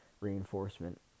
reinforcement